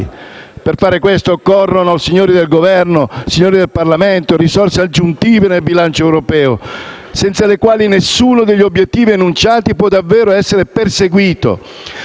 Per fare questo occorrono, signori del Governo, signori del Parlamento, risorse aggiuntive nel bilancio europeo, senza le quali nessuno degli obiettivi enunciati può davvero essere perseguito.